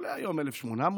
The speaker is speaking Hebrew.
עולה היום 1,800 שקלים,